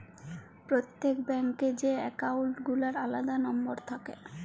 প্রত্যেক ব্যাঙ্ক এ যে একাউল্ট গুলার আলাদা লম্বর থাক্যে